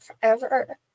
forever